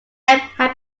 had